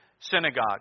synagogue